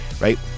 Right